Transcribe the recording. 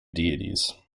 deities